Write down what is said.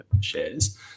shares